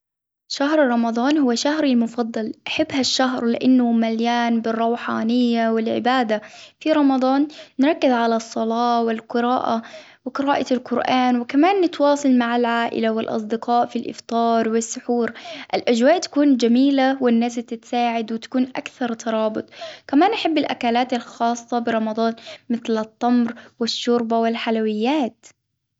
شهر رمضان هو شهري المفضل، أحب هالشهر لأنه مليان بالروحانية والعبادة، في رمضان نركز على الصلاة والقراءة وقراءة القرآن ، وكمان نتواصل مع العائلة والأصدقاء في الإفطار والسحور، الأجواء تكون جميلة والناس تتساعد وتكون أكثر كمان أحب الأكلات الخاصة برمضان مثل التمر والشوربة والحلويات.